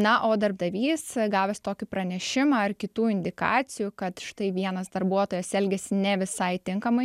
na o darbdavys gavęs tokį pranešimą ar kitų indikacijų kad štai vienas darbuotojas elgiasi ne visai tinkamai